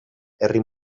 herri